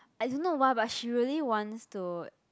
I don't know why but she really wants to